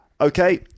okay